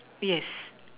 yes